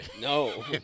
No